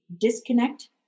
disconnect